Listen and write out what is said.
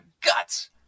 guts